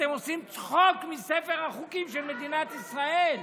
אתם עושים צחוק מספר החוקים של מדינת ישראל.